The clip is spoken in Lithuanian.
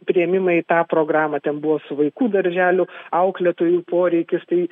priėmimą į tą programą ten buvo su vaikų darželiu auklėtojų poreikis tai